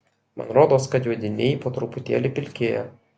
man rodos kad juodiniai po truputėlį pilkėja